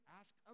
ask